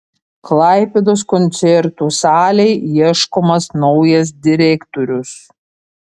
klaipėdos koncertų salei ieškomas naujas direktorius